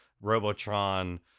Robotron